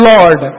Lord